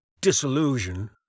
disillusion